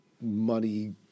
money